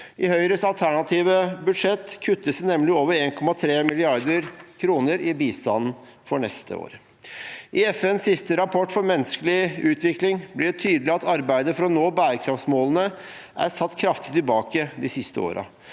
I Høyres alternative budsjett kuttes nemlig over 1,3 mrd. kr i bistanden for neste år. I FNs siste rapport for menneskelig utvikling blir det tydelig at arbeidet for å nå bærekraftsmålene er satt kraftig tilbake de siste årene.